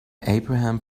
abraham